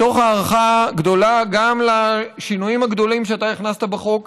ומתוך הערכה גדולה גם לשינויים הגדולים שאתה הכנסת בחוק,